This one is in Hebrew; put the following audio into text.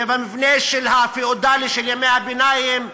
ובמבנה הפיאודלי של ימי הביניים,